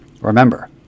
remember